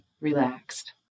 relaxed